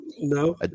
No